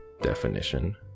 definition